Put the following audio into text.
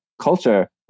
culture